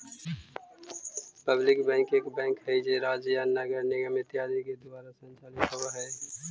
public bank एक bank हइ जे राज्य या नगर निगम इत्यादि के द्वारा संचालित होवऽ हइ